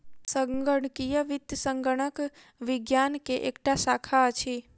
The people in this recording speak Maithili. संगणकीय वित्त संगणक विज्ञान के एकटा शाखा अछि